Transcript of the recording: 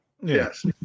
yes